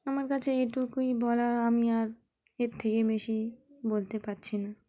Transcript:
আমার কাছে এটুকুই বলার আমি আর এর থেকে বেশি বলতে পারছি না